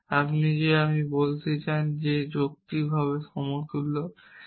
যে আপনি বলতে চান যে তারা যৌক্তিকভাবে সমতুল্য